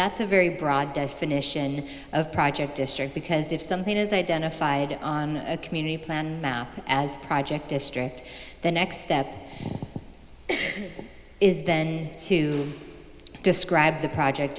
that's a very broad definition of project because if something is identified on a community plan as project district the next step is then to describe the project